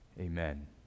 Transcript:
amen